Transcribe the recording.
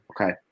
Okay